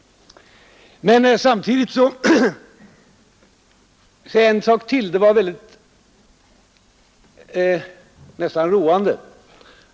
Sedan var det också en annan sak som var nästan roande.